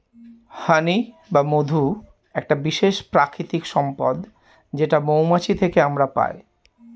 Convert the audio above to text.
হানি বা মধু একটা বিশেষ প্রাকৃতিক সম্পদ যেটা মৌমাছি থেকে আমরা পাই